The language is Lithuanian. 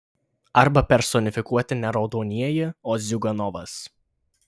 arba personifikuoti ne raudonieji o ziuganovas